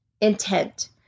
intent